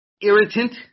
irritant